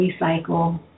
recycle